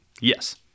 yes